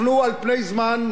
אנחנו על פני זמן,